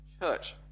church